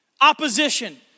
opposition